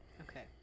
Okay